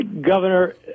Governor